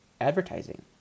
advertising